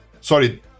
sorry